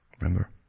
Remember